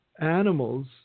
Animals